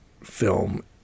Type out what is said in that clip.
film